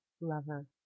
lover